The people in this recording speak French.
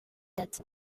date